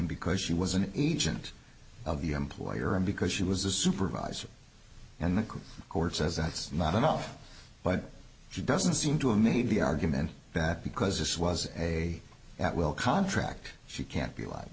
because she was an agent of the employer and because she was a supervisor and the courts as it's not enough but she doesn't seem to have made the argument that because this was a at will contract she can't be live